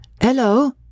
Hello